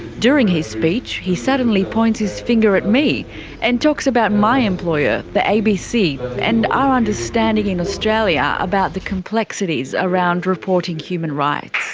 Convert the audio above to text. during his speech he suddenly points his finger at me and talks about my employer, the abc, and our understanding in australia about the complexities around reporting human rights.